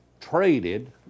traded